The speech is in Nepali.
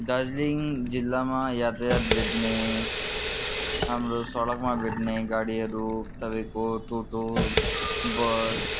दार्जिलिङ जिल्लामा यातायात भेट्ने हाम्रो सडकमा भेट्ने गाडीहरू तपाईँको टोटो बस